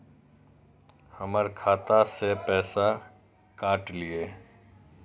हमर खाता से पैसा काट लिए?